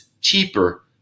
cheaper